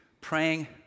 praying